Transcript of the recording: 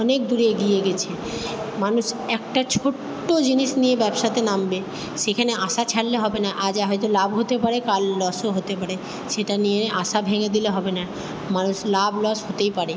অনেক দূরে এগিয়ে গেছে মানুষ একটা ছোট্ট জিনিস নিয়ে ব্যবসাতে নামবে সেখানে আশা ছাড়লে হবে না আজ হয়তো লাভ হতে পারে কাল লসও হতে পারে সেটা নিয়ে আশা ভেঙে দিলে হবে না মানুষ লাভ লস হতেই পারে